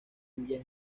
cuyas